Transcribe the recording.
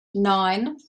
nine